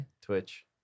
Twitch